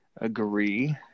agree